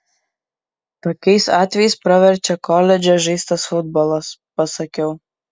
tokiais atvejais praverčia koledže žaistas futbolas pasakiau